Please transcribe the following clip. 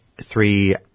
three